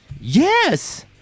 yes